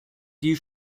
die